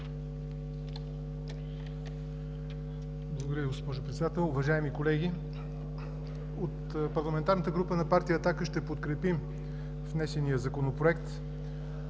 Благодаря, госпожо Председател. Уважаеми колеги, от Парламентарната група на партия „Атака“ ще подкрепим внесения Законопроект.